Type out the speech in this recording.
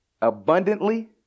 Abundantly